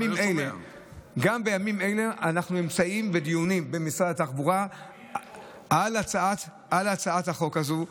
גם בימים אלה אנחנו נמצאים בדיונים במשרד התחבורה על הצעת החוק הזאת.